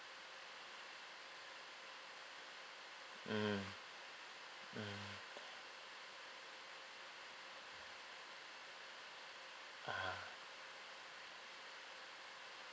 mm mm ah